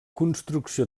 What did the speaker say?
construcció